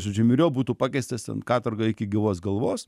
žodžiu myriop būtų pakeistas ten katorga iki gyvos galvos